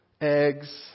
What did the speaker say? eggs